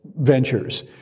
Ventures